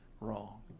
wrong